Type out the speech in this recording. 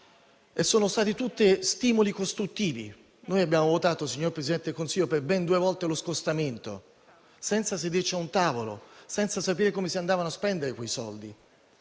sono stati tutti stimoli costruttivi. Abbiamo votato, signor Presidente del Consiglio, per ben due volte lo scostamento senza sederci a un tavolo, senza sapere come si andavano a spendere quei soldi